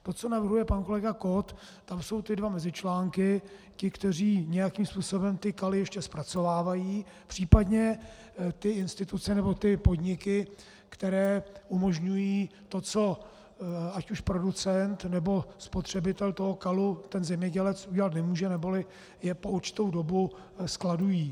To, co navrhuje pan kolega Kott, tam jsou dva mezičlánky ti, kteří nějakým způsobem kaly ještě zpracovávají, případně instituce nebo podniky, které umožňují to, co ať už producent, nebo spotřebitel kalu, zemědělec, udělat nemůže, neboli je po určitou dobu skladují.